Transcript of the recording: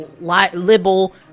libel